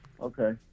okay